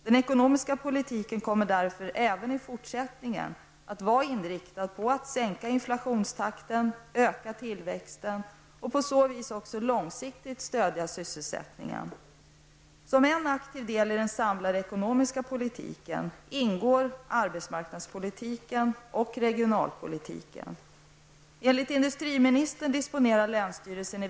Den ekonomiska politiken kommer därför även i fortsättningen att vara inriktad på att sänka inflationstakten och öka tillväxten och på så vis långsiktigt stödja sysselsättningen. Som en aktiv del i den samlade ekonomiska politiken ingår arbetsmarknadspolitiken och regionalpolitiken.